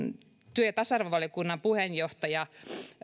työ ja tasa arvovaliokunnan puheenjohtaja